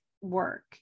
work